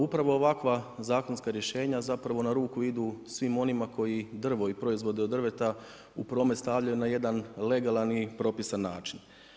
Upravo ovakva zakonska rješenja zapravo na ruku idu svim onima koji drvo i proizvode od drveta u promet stavljaju na jedan legalan i propisan način.